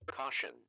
Caution